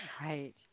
Right